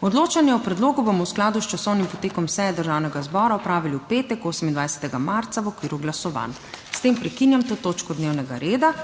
Odločanje o predlogu bomo v skladu s časovnim potekom seje Državnega zbora opravili v petek, 28. marca v okviru glasovanj. S tem prekinjam to točko dnevnega reda.